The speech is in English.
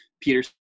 Peter